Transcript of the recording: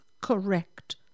correct